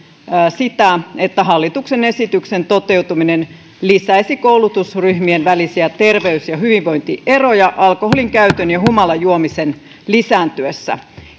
myöskin sen että hallituksen esityksen toteutuminen lisäisi koulutusryhmien välisiä terveys ja hyvinvointieroja alkoholinkäytön ja humalajuomisen lisääntyessä